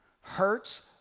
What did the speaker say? Hurts